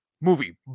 movie